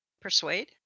Persuade